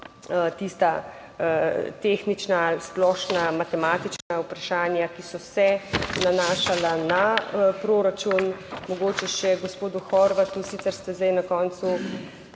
tista tehnična ali splošna matematična vprašanja, ki so se nanašala na proračun. Mogoče še gospodu Horvatu, sicer ste zdaj na koncu